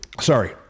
Sorry